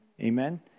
amen